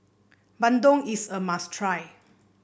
bandung is a must try